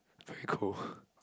very cold